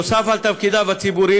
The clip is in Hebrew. נוסף על תפקידיו הציבוריים,